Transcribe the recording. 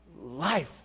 life